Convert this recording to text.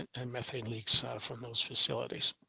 and method leaks out from those facilities.